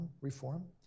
reform